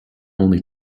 only